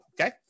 Okay